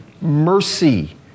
mercy